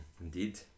Indeed